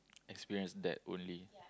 experience that only